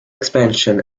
expansion